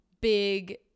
big